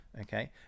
okay